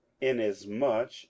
inasmuch